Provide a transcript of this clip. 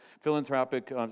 philanthropic